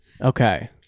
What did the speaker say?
Okay